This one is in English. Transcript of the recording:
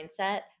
mindset